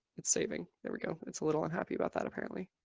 it's saving. there we go. it's a little unhappy about that apparently.